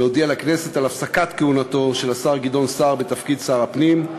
להודיע לכנסת על הפסקת כהונתו של השר גדעון סער בתפקיד שר הפנים,